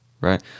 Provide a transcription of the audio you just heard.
right